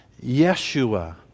Yeshua